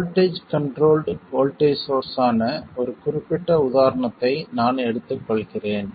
voltage controlled voltage source ஆன ஒரு குறிப்பிட்ட உதாரணத்தை நான் எடுத்துக்கொள்கிறேன்